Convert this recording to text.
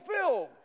fulfilled